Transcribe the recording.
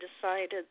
decided